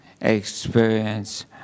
experience